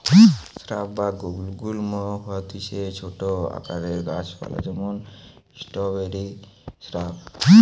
shrub বা গুল্ম হতিছে ছোট আকারের গাছ পালা যেমন স্ট্রওবেরি শ্রাব